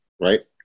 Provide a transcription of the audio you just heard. right